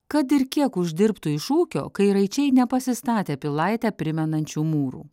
kad ir kiek uždirbtų iš ūkio kairaičiai nepasistatė pilaitę primenančių mūrų